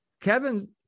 Kevin